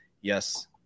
yes